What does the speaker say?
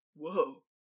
Whoa